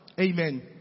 Amen